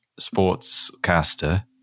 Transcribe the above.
sportscaster